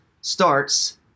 starts